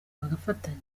bagafatanya